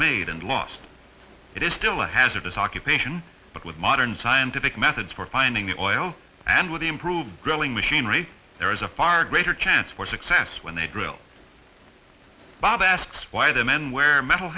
made and lost it is still a hazardous occupation but with modern scientific methods for finding the oil and with the improved growing machinery there is a far greater chance for success when they drill bob asked why the men wear metal